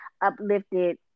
uplifted